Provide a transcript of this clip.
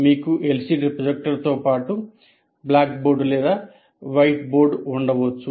మీకు ఎల్సిడి ప్రొజెక్టర్తో పాటు బ్లాక్ బోర్డ్ లేదా వైట్ బోర్డ్ ఉండవచ్చు